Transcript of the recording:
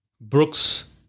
Brooks